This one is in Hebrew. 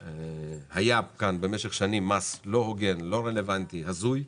היה כאן במשך שנים מס לא הוגן, לא רלוונטי, הזוי,